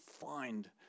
find